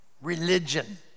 Religion